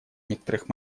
некоторых